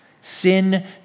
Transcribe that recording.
Sin